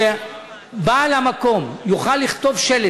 שבעל המקום יוכל לכתוב שלט,